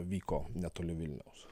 vyko netoli vilniaus